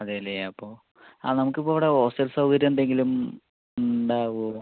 അതെയല്ലേ അപ്പോൾ ആ നമുക്കിപ്പോൾ ഇവിടെ ഹോസ്റ്റൽ സൗകര്യം എന്തെങ്കിലും ഉണ്ടാകുമോ